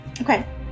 Okay